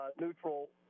neutral